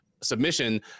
submission